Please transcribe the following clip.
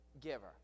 giver